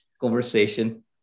conversation